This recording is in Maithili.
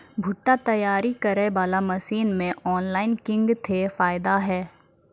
भुट्टा तैयारी करें बाला मसीन मे ऑनलाइन किंग थे फायदा हे?